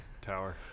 Tower